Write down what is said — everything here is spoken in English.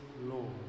Lord